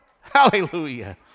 hallelujah